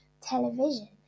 television